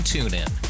TuneIn